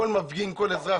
כי כל מפגין וכל אזרח,